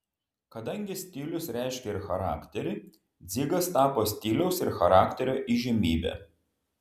kadangi stilius reiškia ir charakterį dzigas tapo stiliaus ir charakterio įžymybe